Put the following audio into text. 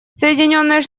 соединенные